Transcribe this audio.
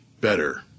better